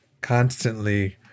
constantly